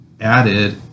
added